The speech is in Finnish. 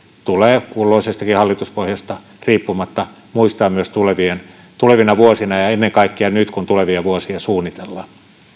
tulee kulloisestakin hallituspohjasta riippumatta muistaa myös tulevina vuosina ja ja ennen kaikkea nyt kun tulevia vuosia suunnitellaan